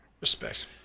Respect